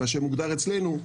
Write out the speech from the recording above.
מה שמוגדר אצלנו,